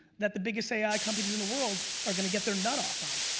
that the biggest ai companies in the world are gonna get their nut off on.